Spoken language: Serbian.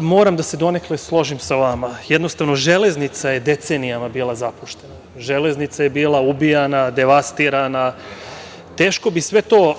moram da se donekle složim sa vama. Jednostavno, železnica je decenijama bila zapuštena. Železnica je bila ubijana, devastirana. Teško bi sve to